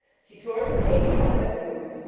she tore the page out by the roots,